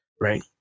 right